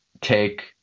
take